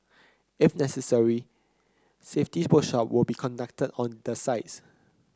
if necessary safety workshop will be conducted on the sites